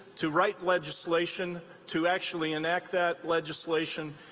to write legislation, to actually enact that legislation,